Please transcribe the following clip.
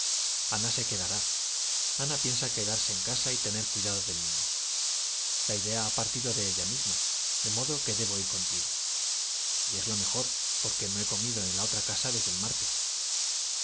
ana se quedará ana piensa quedarse en casa y tener cuidado del niño la idea ha partido de ella misma de modo que debo ir contigo y es lo mejor porque no he comido en la otra casa desde el martes